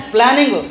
Planning